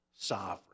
sovereign